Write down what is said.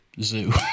zoo